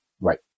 Right